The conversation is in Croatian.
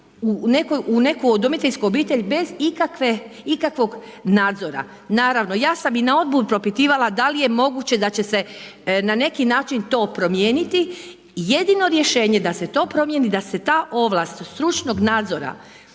u neku udomiteljsku obitelj bez ikakvog nadzora. Naravno, ja sam i na odboru propitivala da li je moguće da će se na neki način to promijeniti, jedino rješenje da se to promjeni, da se ta ovlast stručnog nadzora